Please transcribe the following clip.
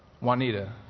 Juanita